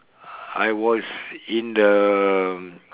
I was in the